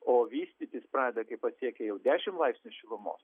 o vystytis pradeda kai pasiekia jau dešim laipsnių šilumos